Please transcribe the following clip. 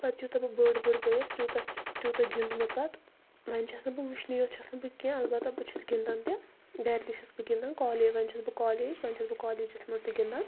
پَتہٕ یوٗتاہ بہٕ بٔڑ بٔڑ گٔییَس تیٛوٗتاہ تیٛوٗتاہ گُیٛونٛد مےٚ پَتہٕ وۄنۍ چھیٚس نہٕ وُچھنٕے یوت چھیٚس نہٕ بہٕ کیٚنٛہہ البتہ بہٕ چھیٚس گَنٛدان تہِ گھرِ تہِ چھیٚس بہٕ گِنٛدان کالج وۄنۍ چھیٚس بہٕ کالج وۄنۍ چھیٚس بہٕ کالیجس منٛز تہِ گِنٛدان